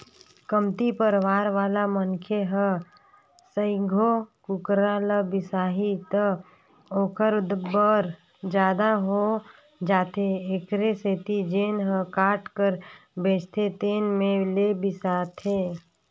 कमती परवार वाला मनखे ह सइघो कुकरा ल बिसाही त ओखर बर जादा हो जाथे एखरे सेती जेन ह काट कर बेचथे तेन में ले बिसाथे